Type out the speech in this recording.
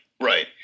right